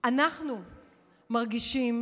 אנחנו מרגישים